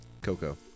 Coco